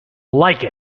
like